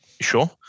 Sure